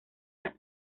las